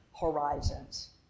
horizons